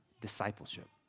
discipleship